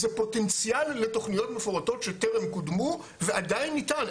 זה פוטנציאל לתוכניות מפורטות שטרם קודמו ועדיין ניתן,